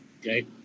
okay